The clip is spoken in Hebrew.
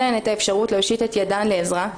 להן את האפשרות להושיט את ידן לעזרה.